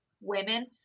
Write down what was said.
women